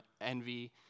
envy